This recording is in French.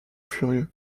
furieux